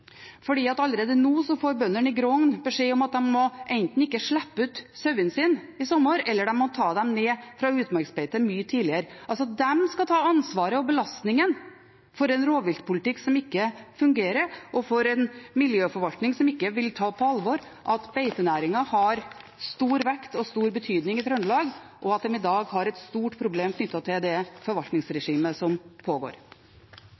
allerede nå får bøndene i Grong beskjed om at de må enten ikke slippe ut sauene sine i sommer, eller de må ta dem ned fra utmarksbeite mye tidligere. De skal altså ta ansvaret og belastningen for en rovviltpolitikk som ikke fungerer, og for en miljøforvaltning som ikke vil ta på alvor at beitenæringen har stor vekt og stor betydning i Trøndelag, og at de i dag har et stort problem knyttet til det forvaltningsregimet som pågår.